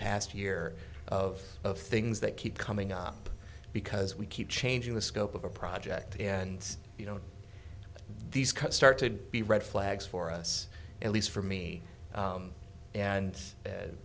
past year of of things that keep coming up because we keep changing the scope of a project and you know these cuts started be red flags for us at least for me and